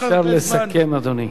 אם אפשר לסכם, אדוני.